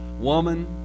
woman